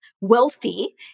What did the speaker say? wealthy